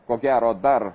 ko gero dar